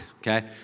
Okay